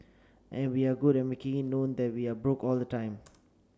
and we're good at making it known that we are broke all the time